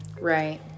Right